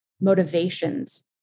motivations